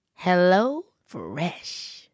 HelloFresh